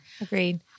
Agreed